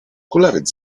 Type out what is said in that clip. kulawiec